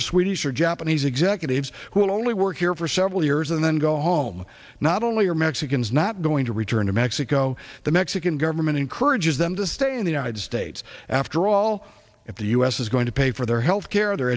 of swedish or japanese executives who will only work here for several years and then go home not only are mexicans not going to return to mexico the mexican government encourages them to stay in the united states after all if the us is going to pay for their health care their